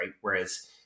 Whereas